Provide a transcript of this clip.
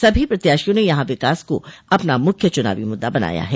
सभी प्रत्याशियों ने यहां विकास को अपना मुख्य चनावी मुददा बनाया है